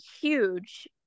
huge